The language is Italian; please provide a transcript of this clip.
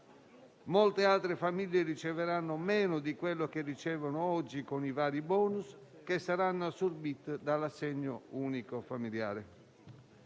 molte altre riceveranno meno di quello che ricevono oggi con i vari *bonus*, i quali saranno assorbiti dall'assegno unico familiare.